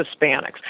Hispanics